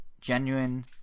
genuine